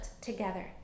together